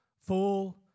full